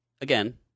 again